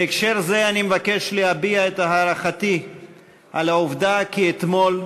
בהקשר זה אני מבקש להביע את הערכתי על העובדה שאתמול,